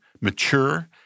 mature